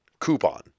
Coupon